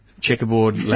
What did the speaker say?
Checkerboard